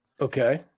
Okay